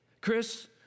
Chris